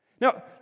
Now